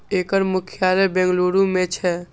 एकर मुख्यालय बेंगलुरू मे छै